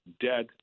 dead